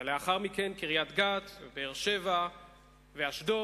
ולאחר מכן קריית-גת, באר-שבע ואשדוד,